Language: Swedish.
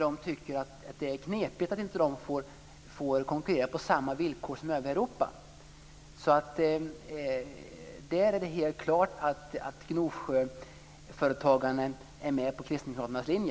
De tycker att det är knepigt att de inte får konkurrera på samma villkor som övriga Det är helt klart att Gnosjöföretagarna är på kristdemokraternas linje.